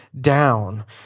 down